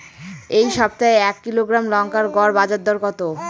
এই সপ্তাহে এক কিলোগ্রাম লঙ্কার গড় বাজার দর কত?